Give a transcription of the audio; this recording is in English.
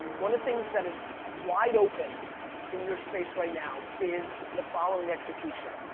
one of the things that is wide open in your space right now is the following execution.